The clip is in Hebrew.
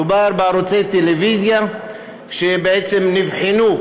מדובר בערוצי טלוויזיה שבעצם נבחנו,